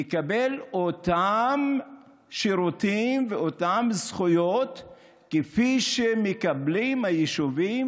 יקבל את אותם שירותים ואותן זכויות כפי שמקבלים היישובים